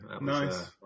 Nice